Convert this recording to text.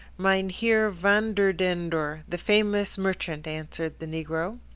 mynheer vanderdendur, the famous merchant, answered the negro.